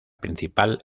principal